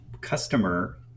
customer